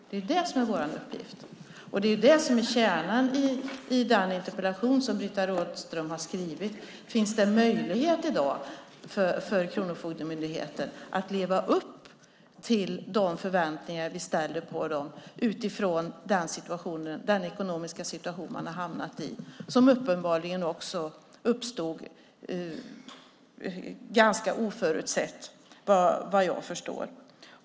Det är vår uppgift, och det är det som är kärnan i den interpellation som Britta Rådström har skrivit: Finns det möjlighet för Kronofogdemyndigheten i dag att leva upp till de förväntningar vi ställer på dem utifrån den ekonomiska situation de har hamnat i och som uppenbarligen också uppstod ganska oförutsett, vad jag förstår?